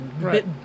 Right